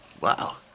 wow